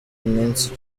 nancy